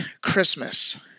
Christmas